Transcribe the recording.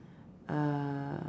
err